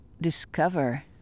discover